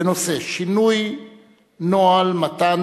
בנושא: שינוי נוהל מתן